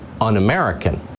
un-American